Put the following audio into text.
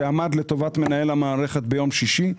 שעמד לטובת מנהל המערכת ביום שישי,